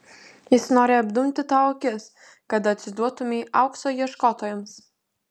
jis nori apdumti tau akis kad atsiduotumei aukso ieškotojams